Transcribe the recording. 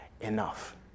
enough